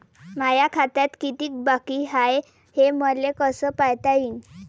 माया खात्यात कितीक बाकी हाय, हे मले कस पायता येईन?